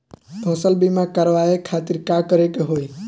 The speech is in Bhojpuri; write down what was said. फसल बीमा करवाए खातिर का करे के होई?